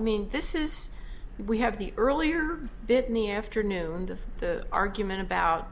i mean this is we have the earlier bit in the afternoon of the argument about